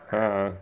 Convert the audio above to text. ah